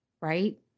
right